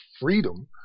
freedom